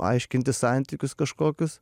aiškintis santykius kažkokius